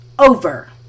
over